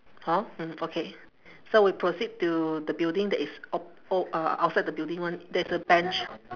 hor hmm okay so we proceed to the building that is opp~ o~ uh outside the building [one] there is a bench